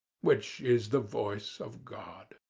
which is the voice of god.